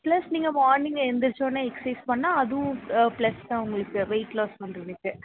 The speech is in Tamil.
ப்ளஸ் நீங்கள் மார்னிங் எழுந்திரிச்சோன்னே எக்ஸ்சைஸ் பண்ணால் அதுவும் ப்ளஸ் தான் உங்களுக்கு வெயிட் லாஸ் பண்ணுறதுக்கு